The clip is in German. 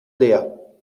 leer